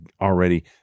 already